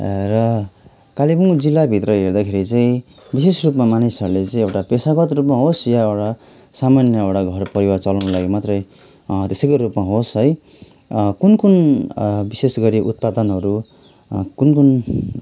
र कालिम्पोङजिल्लाभित्र हेर्दाखेरि चाहिँ विशेष रूपमा मानिसहरूले चाहिँ एउटा पेसागत रूपमा होस् या एउटा सामान्य एउटा घर परिवार चलाउनुको लागि मात्रै त्यसैको रुपमा होस् है कुन कुन विशेष गरी उत्पादनहरू कुन कुन